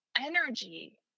energy